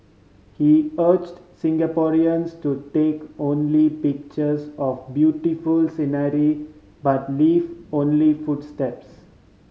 he urged Singaporeans to take only pictures of beautiful scenery but leave only footsteps